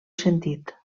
sentit